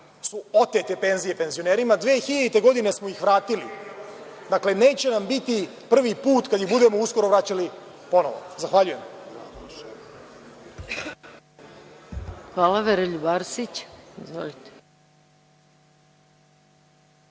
otete penzije penzionerima, 2000. godine smo ih vratili. Dakle, neće nam biti prvi put kada ih budemo uskoro vraćali ponovo. Zahvaljujem. **Maja Gojković** Hvala. Reč